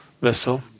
vessel